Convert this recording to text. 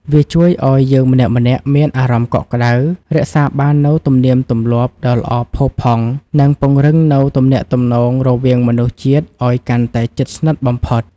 វាជួយឱ្យយើងម្នាក់ៗមានអារម្មណ៍កក់ក្តៅ រក្សាបាននូវទំនៀមទម្លាប់ដ៏ល្អផូរផង់ និងពង្រឹងនូវទំនាក់ទំនងរវាងមនុស្សជាតិឱ្យកាន់តែជិតស្និទ្ធបំផុត។